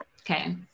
okay